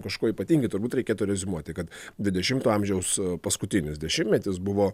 kažkuo ypatingi turbūt reikėtų reziumuoti kad dvidešimto amžiaus paskutinis dešimtmetis buvo